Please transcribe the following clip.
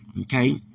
okay